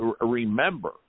remember